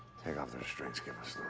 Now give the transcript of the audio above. take off the restraints, give us